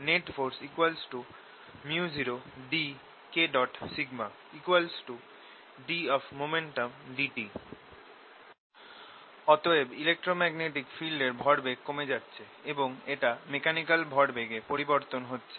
Net force µ0 dKσ ddt অতএব electromagnetic ফিল্ডের ভরবেগ কমে যাচ্ছে এবং এটা মেকানিকাল ভরবেগে পরিবর্তন হচ্ছে